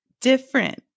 different